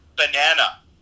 banana